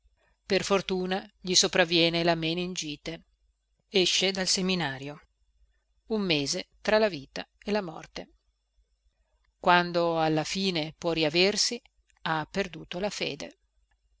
per fortuna gli sopravviene la meningite esce dal seminario un mese tra la vita e la morte quando alla fine può riaversi ha perduto la fede